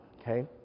okay